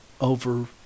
over